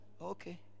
okay